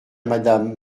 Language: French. madame